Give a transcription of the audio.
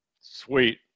Sweet